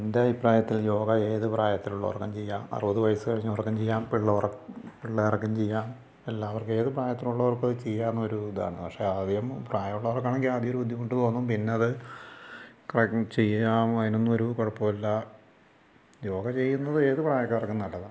എൻ്റെ അഭിപ്രായത്തിൽ യോഗ ഏതു പ്രായത്തിലുള്ളവർക്കും ചെയ്യാം അറുപത് വയസ്സു കഴിഞ്ഞവർക്കും ചെയ്യാം പിള്ളോർ പിള്ളേർക്കും ചെയ്യാം എല്ലാവർ ഏതു പ്രായത്തിലുള്ളവർക്കും അതു ചെയ്യാമെന്നൊരു ഇതാണ് പക്ഷേ അധികം പ്രായമുള്ളവർക്കാണെങ്കിൽ ആദ്യമൊരു ബുദ്ധിമുട്ട് തോന്നും പിന്നെ അത് ചെയ്യാം അതിനൊന്നും ഒരു കുഴപ്പമില്ല യോഗ ചെയ്യുന്നത് ഏതു പ്രായക്കാർക്കും നല്ലതാണ്